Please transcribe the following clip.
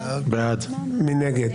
מי נגד?